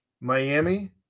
Miami